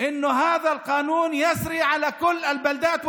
(אומר דברים בשפה הערבית,